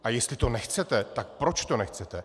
A jestli to nechcete, tak proč to nechcete?